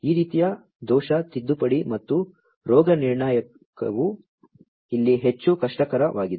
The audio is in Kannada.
ಈ ರೀತಿಯ ದೋಷ ತಿದ್ದುಪಡಿ ಮತ್ತು ರೋಗನಿರ್ಣಯವು ಇಲ್ಲಿ ಹೆಚ್ಚು ಕಷ್ಟಕರವಾಗಿದೆ